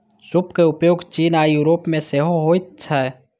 सूप के उपयोग चीन आ यूरोप मे सेहो होइ छै